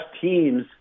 teams